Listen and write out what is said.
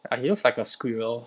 like he looks like a squirrel